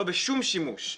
לא בשום שימוש.